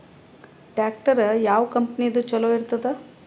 Tractor ಯಾವ ಕಂಪನಿದು ಚಲೋ ಇರತದ?